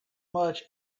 much